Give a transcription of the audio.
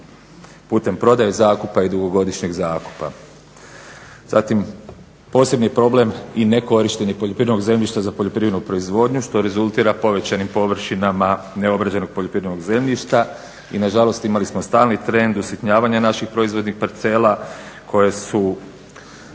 putem prodaje zakupa i dugogodišnjeg zakupa. Zatim posebni problem i nekorištenje poljoprivrednog zemljišta za poljoprivrednu proizvodnju što rezultira povećanim površinama neobrađenog poljoprivrednog zemljišta. I nažalost, imali smo stalni trend usitnjavanja naših proizvodnih parcela koje su